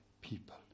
people